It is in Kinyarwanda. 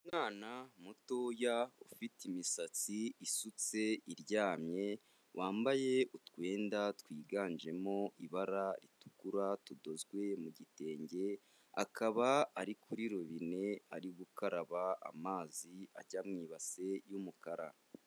Umwana mutoya ufite imisatsi isutse iryamye, wambaye utwenda twiganjemo ibara ritukura tudozwe mu gitenge, akaba ari kuri robine ari gukaraba amazi ajya mu ibase y'umukara.